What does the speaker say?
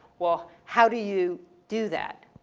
well how do you do that?